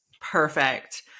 Perfect